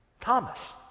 thomas